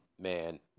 Man